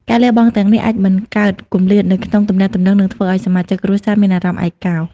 ការលះបង់ទាំងនេះអាចបង្កើតគម្លាតនៅក្នុងទំនាក់ទំនង និងធ្វើឱ្យសមាជិកគ្រួសារមានអារម្មណ៍ឯកោ។